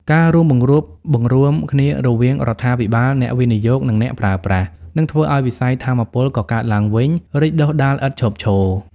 ការរួមបង្រួបបង្រួមគ្នារវាងរដ្ឋាភិបាល អ្នកវិនិយោគ និងអ្នកប្រើប្រាស់ នឹងធ្វើឱ្យវិស័យថាមពលកកើតឡើងវិញរីកដុះដាលឥតឈប់ឈរ។